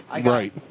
Right